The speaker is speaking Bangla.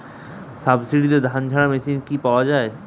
সাবসিডিতে ধানঝাড়া মেশিন কি পাওয়া য়ায়?